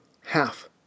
half